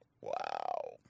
Wow